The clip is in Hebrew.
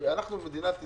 אנחנו מדינת ישראל.